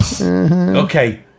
Okay